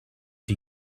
die